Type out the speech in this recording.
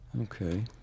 Okay